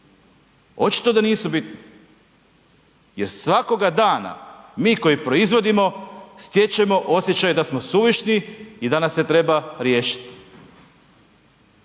Očito da nisu bitni jer svakoga dana mi koji proizvodimo stječemo osjećaj da smo suvišni i da nas se treba riješiti.